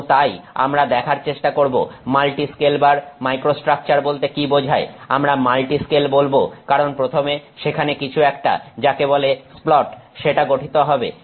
এবং তাই আমরা দেখার চেষ্টা করব মাল্টি স্কেল বার মাইক্রোস্ট্রাকচার বলতে কী বোঝায় আমরা মাল্টি স্কেল বলব কারণ প্রথমে সেখানে কিছু একটা যাকে বলে স্প্লট সেটা গঠিত হবে